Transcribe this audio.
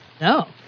No